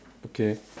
okay